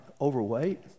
overweight